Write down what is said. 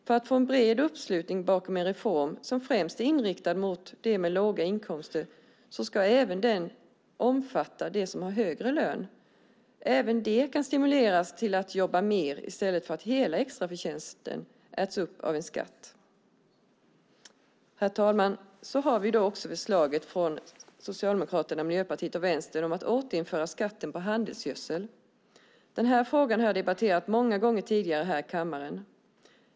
För att få en bred uppslutning bakom en reform som främst är inriktad mot de med låga inkomster ska den även omfatta dem som har högre lön. Även de kan stimuleras till att jobba när inte hela extraförtjänsten äts upp av en skatt. Herr talman! Så har vi också förslaget från Socialdemokraterna, Miljöpartiet och Vänstern om att återinföra skatten på handelsgödsel. Den här frågan har jag debatterat många gånger tidigare här i kammaren.